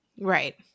Right